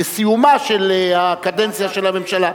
לסיומה של הקדנציה של הממשלה.